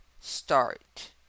Start